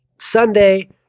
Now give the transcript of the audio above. Sunday